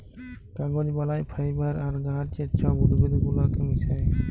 কাগজ বালায় ফাইবার আর গাহাচের ছব উদ্ভিদ গুলাকে মিশাঁয়